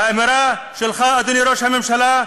והאמירה שלך, אדוני ראש הממשלה,